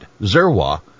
Zerwa